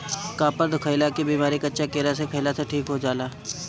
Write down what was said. कपार दुखइला के बेमारी कच्चा केरा खइला से ठीक हो जाला